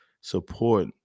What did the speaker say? support